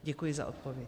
Děkuji za odpověď.